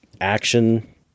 action